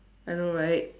I know right